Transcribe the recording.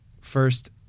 first